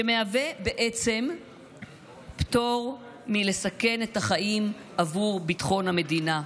שמהווה בעצם פטור מלסכן את החיים למען ביטחון המדינה.